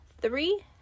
three